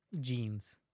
jeans